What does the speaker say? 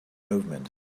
movement